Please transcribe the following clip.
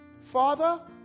Father